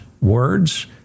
words